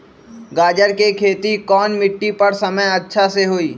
गाजर के खेती कौन मिट्टी पर समय अच्छा से होई?